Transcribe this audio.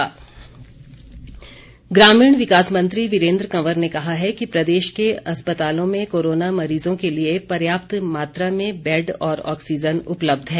वीरेन्द्र कंवर ग्रामीण विकास मंत्री वीरेन्द्र कंवर ने कहा है कि प्रदेश के अस्पतालों में कोरोना मरीजों के लिए पर्याप्त मात्रा में बैड और ऑक्सीजन उपलब्ध है